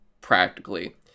Practically